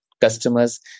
customers